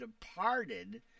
departed